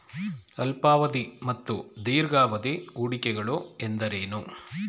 ಅಲ್ಪಾವಧಿ ಮತ್ತು ದೀರ್ಘಾವಧಿ ಹೂಡಿಕೆಗಳು ಎಂದರೇನು?